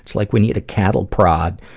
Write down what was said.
like we need a cattle prod,